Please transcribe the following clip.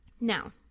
Now